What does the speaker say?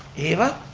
eva?